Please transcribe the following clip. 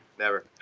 never